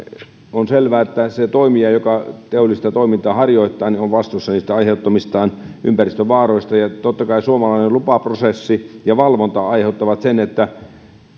on selvää että se toimija joka teollista toimintaa harjoittaa on vastuussa aiheuttamistaan ympäristövaaroista ja totta kai suomalainen lupaprosessi ja valvonta aiheuttavat sen että